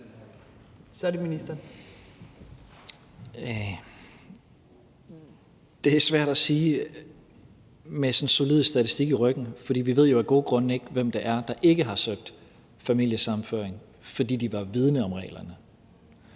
Det er svært at sige med en solid statistik i ryggen, for vi ved jo af gode grunde ikke, hvem det er, der ikke har søgt familiesammenføring, fordi de var vidende om reglerne.